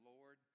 Lord